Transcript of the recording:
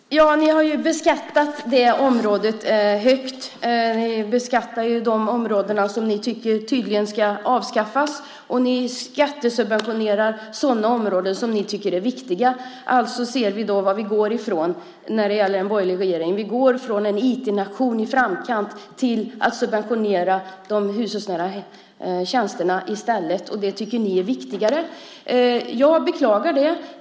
Herr talman! Ni har ju beskattat det området högt. Ni beskattar de områden som ni tydligen tycker ska avskaffas, och ni skattesubventionerar sådana områden som ni tycker är viktiga. Med en borgerlig regering går vi från att vara en IT-nation i framkant till att i stället subventionera hushållsnära tjänster. Det tycker ni är viktigare. Jag beklagar det.